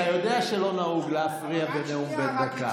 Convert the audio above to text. אתה יודע שלא נהוג להפריע בנאום בן דקה.